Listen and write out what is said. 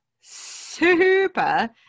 super